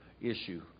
issue